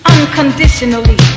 Unconditionally